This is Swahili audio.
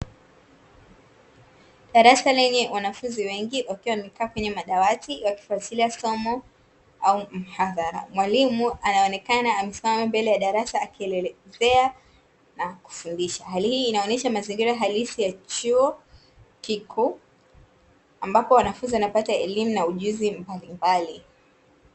Darasa lenye wanafunzi wengi wakiwa wamekaa kwenye madawati wakifuatilia somo au mhadhara, mwalimu anaonekana amesimama mbele ya darasa akielezea na kufundisha, Hali hii inaonyesha hali halisi ya chuo kikuu ambapo wanafunzi wanapata elimu na ujuzi mbalimbali.